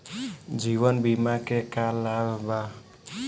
जीवन बीमा के का लाभ बा?